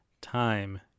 time